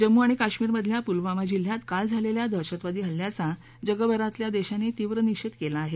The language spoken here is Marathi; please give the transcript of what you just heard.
जम्मू आणि काश्मीरमधल्या पुलवामा जिल्ह्यात काल झालेल्या दहशतवादी हल्ल्याचा जगभरातल्या देशांनी तीव्र निषेध केला आहे